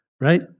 Right